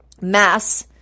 mass